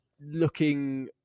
looking